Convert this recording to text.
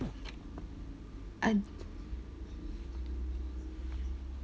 uh